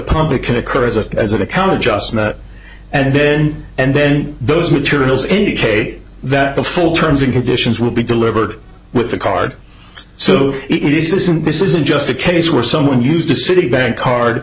public can occur as a as an account just not and then and then those materials indicate that the full terms and conditions will be delivered with the card so it isn't this isn't just a case where someone used to citibank card